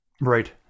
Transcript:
Right